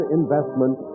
investment